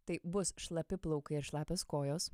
tai bus šlapi plaukai ir šlapios kojos